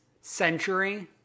century